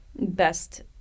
best